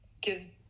gives